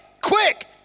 quick